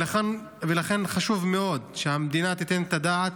ולכן חשוב מאוד שהמדינה תיתן את הדעת